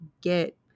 get